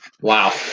Wow